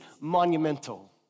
monumental